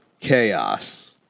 chaos